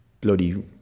bloody